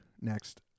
Next